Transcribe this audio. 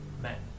men